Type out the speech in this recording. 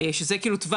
שזה נניח